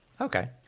Okay